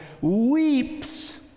weeps